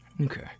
okay